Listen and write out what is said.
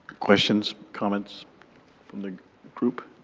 questions, comments from the group?